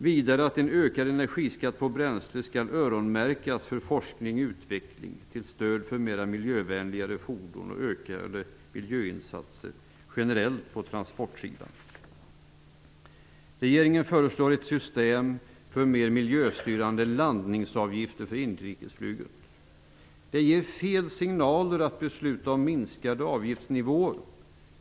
Vidare menar vi att de inkomster en ökad energiskatt på bränsle ger skall öronmärkas för forskning och utveckling, till stöd för mera miljövänliga fordon och ökade miljöinsatser generellt på transportsidan. Regeringen föreslår ett nytt system för mer miljöstyrande landningsavgifter för inrikesflyget. Det ger fel signaler att besluta om lägre avgiftsnivåer.